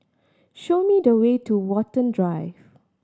show me the way to Watten Drive